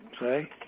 say